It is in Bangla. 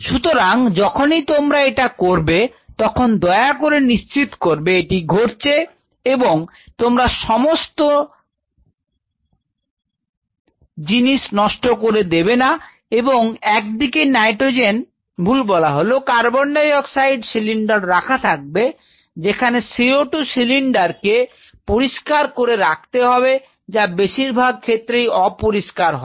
সুতরাং যখনই তোমরা এটা করবে তখন দয়া করে নিশ্চিত করবে এটি ঘটছে এবং তোমরা সমস্ত নিজেকে নষ্ট করে দেবে না এবং একদিকে নাইট্রোজেন ভুল বলা হল কার্বন ডাই অক্সাইড সিলিন্ডার রাখা থাকবে যেখানে CO 2 সিলিন্ডার কে পরিষ্কার করে রাখতে হবে যা বেশিরভাগ ক্ষেত্রেই অপরিষ্কার হয়